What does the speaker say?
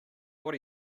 what